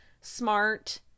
smart